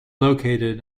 located